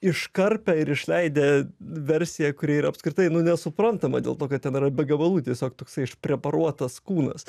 iškarpę ir išleidę versiją kuri yra apskritai nu nesuprantama dėl to kad ten yra be gabalų tiesiog toksai išpreparuotas kūnas